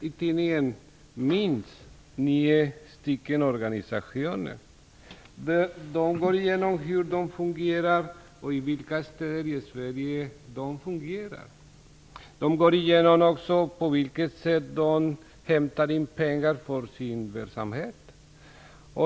I tidningen nämns minst nio organisationer, hur de fungerar och i vilka städer i Sverige de är verksamma. Man redogör för på vilket sätt de hämtar in pengar för sin verksamhet.